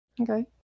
Okay